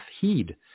heed